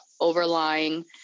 overlying